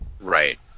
Right